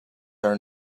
are